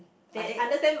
are they uh